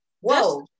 Whoa